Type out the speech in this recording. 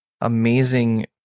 amazing